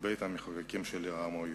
בבית-המחוקקים של העם היהודי.